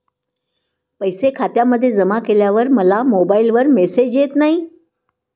पैसे खात्यामध्ये जमा केल्यावर मला मोबाइलवर मेसेज येत नाही?